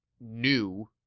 new